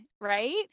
Right